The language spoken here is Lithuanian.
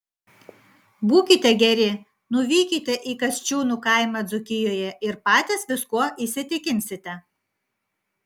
būkite geri nuvykite į kasčiūnų kaimą dzūkijoje ir patys viskuo įsitikinsite